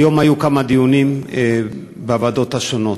היום היו כמה דיונים בוועדות השונות.